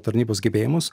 tarnybos gebėjimus